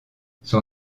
son